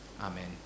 Amen